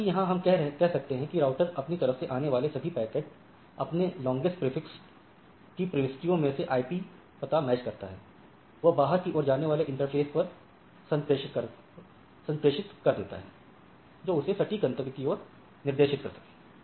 जैसा कि यहां हम यह कह सकते हैं कि राउटर अपनी तरफ आने वाले सभी पैकेट अपनी लांगेस्ट प्रेफिक्स की प्रविष्टियों से में आईपी पता मैच कराता है एवं बाहर की ओर जाने वाले इंटरफ़ेस पर संप्रेषित कर देता है जो उसे सटीक गंतव्य की ओर निर्देशित कर सके